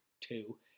two